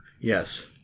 Yes